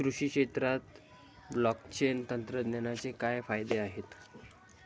कृषी क्षेत्रात ब्लॉकचेन तंत्रज्ञानाचे काय फायदे आहेत?